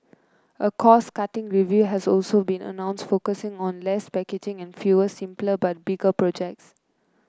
a cost cutting review has also been announced focusing on less packaging and fewer simpler but bigger projects